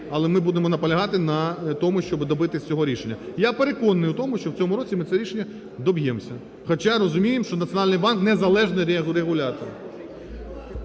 але ми будемо наполягати на тому, щоб добитись цього рішення. Я переконаний у тому, що в цьому році ми цього рішення доб'ємося. Хоча розуміємо, що Національний банк – незалежний регулятор.